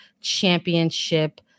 championship